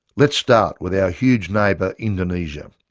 let's start with our huge neighbour, indonesia.